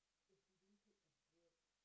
if we didn't take a break